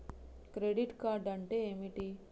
Credit card అంటే ఏమిటి?